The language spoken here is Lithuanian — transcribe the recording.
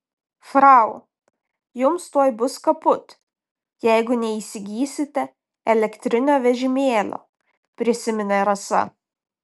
frau jums tuoj bus kaput jeigu neįsigysite elektrinio vežimėlio prisiminė rasa